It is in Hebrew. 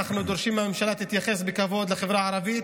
ואנחנו דורשים שהממשלה תתייחס בכבוד לחברה הערבית